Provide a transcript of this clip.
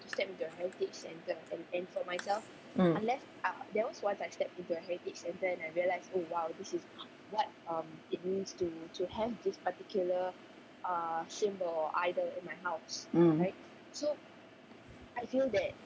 mm mm